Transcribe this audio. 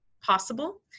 possible